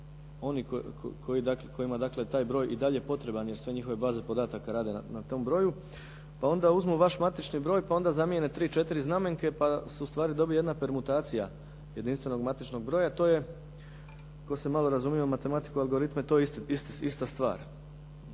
oni kojima je dakle taj broj i dalje potreban jer sve njihove baze podataka rade na tom broju, pa onda uzmu vaš matični broj, pa onda zamijene tri četiri znamenke, pa se ustvari dobije jedna permutacija jedinstvenog matičnog broja. To je, tko se malo razumije u matematiku, algoritme, to je ista stvar.